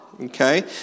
okay